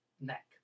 neck